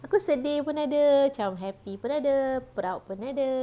aku sedih pun ada macam happy pun ada proud pun ada